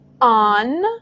on